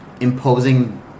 imposing